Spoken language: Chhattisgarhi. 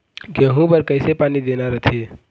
गेहूं बर कइसे पानी देना रथे?